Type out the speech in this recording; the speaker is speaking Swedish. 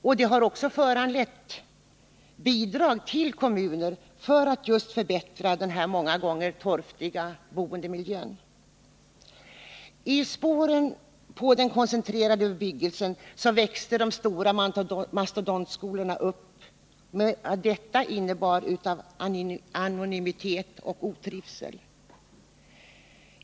Och det har också föranlett bidrag till kommuner för att förbättra den många gånger torftiga boendemiljön. I spåren på den koncentrerade bebyggelsen växte stora mastodontskolor upp med allt vad detta innebar av anonymitet och otrivsel.